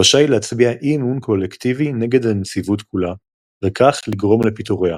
הרשאי להצביע אי אמון קולקטיבי נגד הנציבות כולה וכך לגרום לפיטוריה.